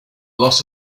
loss